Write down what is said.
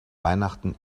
weihnachten